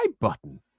button